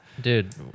Dude